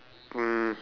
um